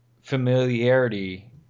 familiarity